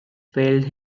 failed